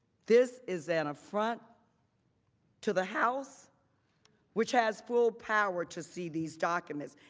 this is and a front to the house which has full power to see these documents.